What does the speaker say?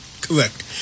Correct